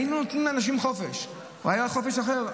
היינו נותנים לאנשים חופש, הוא היה חופש אחר.